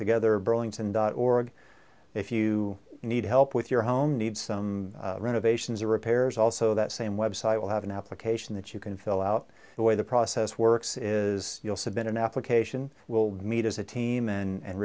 together burlington dot org if you need help with your home need some renovations or repairs also that same website will have an application that you can fill out the way the process works is you'll submit an application will meet as a team and